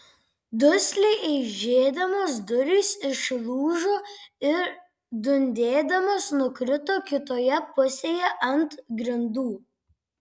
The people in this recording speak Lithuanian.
dusliai eižėdamos durys išlūžo ir dundėdamos nukrito kitoje pusėje ant grindų